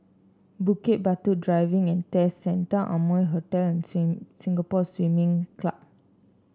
Bukit Batok Driving And Test Centre Amoy Hotel and Sing Singapore Swimming Club